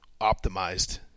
optimized